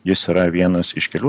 jis yra vienas iš kelių